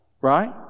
right